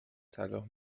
صلاح